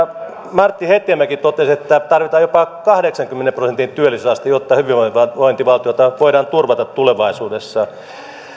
martti hetemäki totesi että tarvitaan jopa kahdeksankymmenen prosentin työllisyysaste jotta hyvinvointivaltio voidaan turvata tulevaisuudessa